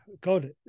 God